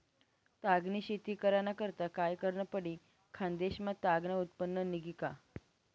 ताग नी शेती कराना करता काय करनं पडी? खान्देश मा ताग नं उत्पन्न निंघी का